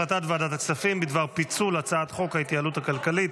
הצעת ועדת הכספים בדבר פיצול הצעת חוק ההתייעלות הכלכלית